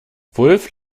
wulff